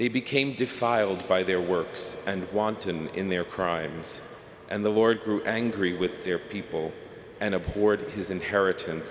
they became defiled by their works and wanton in their crimes and the lord grew angry with their people and aboard his inheritance